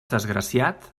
desgraciat